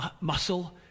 muscle